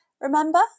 Remember